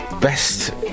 best